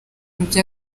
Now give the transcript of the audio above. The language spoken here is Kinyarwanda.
bya